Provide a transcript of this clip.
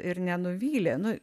ir nenuvylė nu